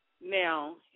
Now